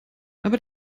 aber